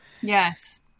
Yes